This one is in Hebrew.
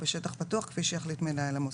או בשטח פתוח כפי שיחליט מנהל המוסד.